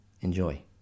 Enjoy